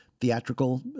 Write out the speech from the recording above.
theatrical